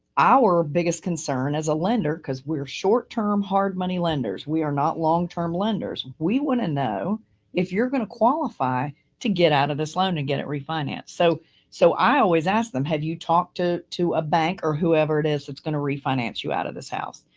our biggest concern as a lender, cause we're short term hard money lenders. we are not long-term lenders. we wanna know if you're going to qualify to get out of this loan and get it refinanced. so so i always ask them, have you talked to to a bank or whoever it is, that's going to refinance you out of this house?